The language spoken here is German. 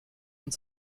und